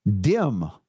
Dim